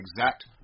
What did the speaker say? exact